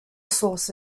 sources